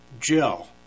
Jill